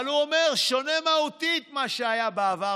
אבל הוא אומר: שונה מהותית ממה שהיה בעבר.